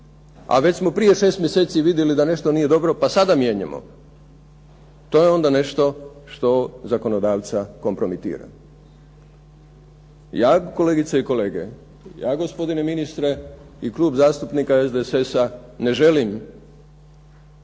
a već smo prije 6 mjeseci vidjeli da nešto nije dobro pa sada mijenjamo, to je onda nešto što zakonodavca kompromitira. Ja kolegice i kolege, ja gospodine ministre i Klub zastupnika SDSS-a ne želim